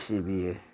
सिबियो